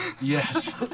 Yes